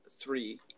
three